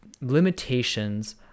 limitations